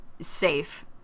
safe